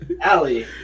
Allie